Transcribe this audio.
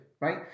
right